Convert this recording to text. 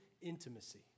intimacy